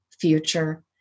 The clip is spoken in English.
future